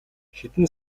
хэдэн